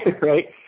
right